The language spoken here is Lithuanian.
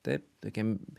taip tokiam